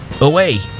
away